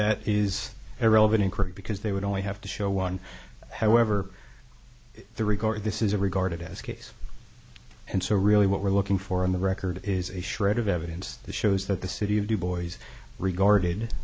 that is irrelevant incorrect because they would only have to show one however the recorder this is a regarded as case and so really what we're looking for in the record is a shred of evidence that shows that the city of dubois regarded